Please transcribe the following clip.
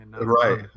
Right